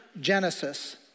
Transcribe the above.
Genesis